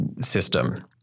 system